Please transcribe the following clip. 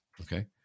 Okay